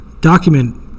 document